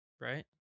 right